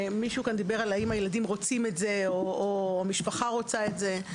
מישהו כאן דיבר על האם הילדים רוצים את זה או המשפחה רוצה את זה.